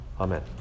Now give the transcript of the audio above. Amen